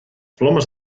plomes